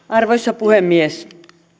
arvoisa puhemies